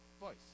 voice